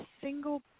single